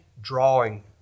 drawing